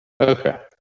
okay